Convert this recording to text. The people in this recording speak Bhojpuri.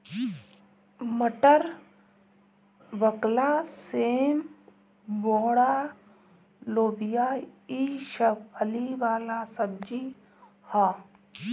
मटर, बकला, सेम, बोड़ा, लोबिया ई सब फली वाला सब्जी ह